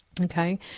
Okay